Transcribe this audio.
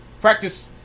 practice